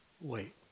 wait